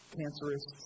cancerous